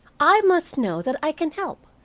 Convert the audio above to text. i must know that i can help,